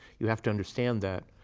you have to understand that